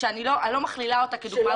אני לא מכלילה, אני